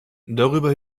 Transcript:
darüber